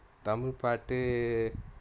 tamil party